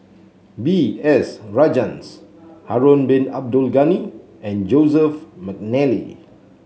B S Rajhans Harun Bin Abdul Ghani and Joseph McNally